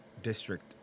district